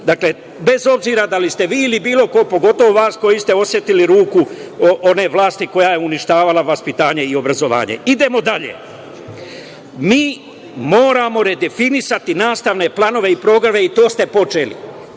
Dakle, bez obzira da li ste vi ili bilo ko, a pogotovo vas, koji ste osetili ruku one vlasti koja je uništavala vaspitanje i obrazovanje. Idemo dalje. Mi moramo redefinisati nastavne planove i programe i to ste počeli.